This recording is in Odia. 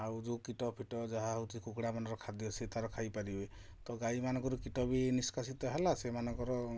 ଆଉ ଯେଉଁ କୀଟ ଫୀଟ ଯାହା ହେଉଛି କୁକୁଡ଼ାମାନଙ୍କର ଖାଦ୍ୟ ସେ ତା'ର ଖାଇପାରିବେ ତ ଗାଈମାନଙ୍କର କୀଟ ବି ନିଷ୍କାସିତ ହେଲା ସେଇମାନଙ୍କର